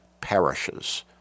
perishes